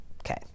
okay